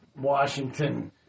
Washington